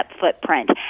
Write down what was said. footprint